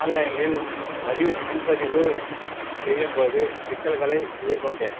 ஆன்லைனில் பதிவு முன்பதிவு செய்யும் போது சிக்கல்களை எதிர்கொண்டேன்